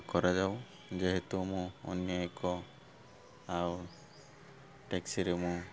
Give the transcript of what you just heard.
କରାଯାଉ ଯେହେତୁ ମୁଁ ଅନ୍ୟ ଏକ ଆଉ ଟ୍ୟାକ୍ସିରେ ମୁଁ